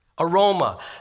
Aroma